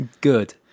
good